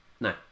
no